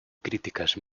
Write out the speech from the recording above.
críticas